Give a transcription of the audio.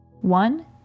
one